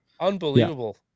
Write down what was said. unbelievable